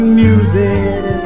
music